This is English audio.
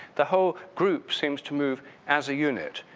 the whole group seems to move as a unit,